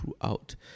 throughout